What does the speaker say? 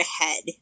ahead